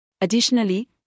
Additionally